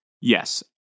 Yes